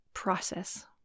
process